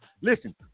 Listen